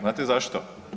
Znate zašto?